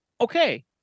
okay